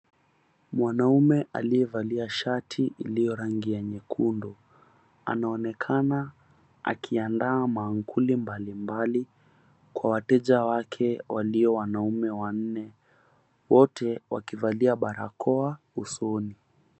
Mwanaume aliye valia shati iliyo rangi ya nyekundu, anaonekana akiandaa mankuli mbalimbali kwa wateja wake walio wanaume wanne, wote wakivalia barakoa usoni.